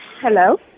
Hello